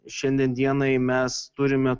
šiandien dienai mes turime